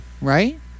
Right